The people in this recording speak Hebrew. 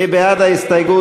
מי בעד ההסתייגות?